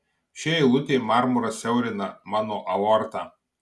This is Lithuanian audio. ši eilutė marmuras siaurina mano aortą